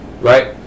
right